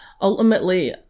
ultimately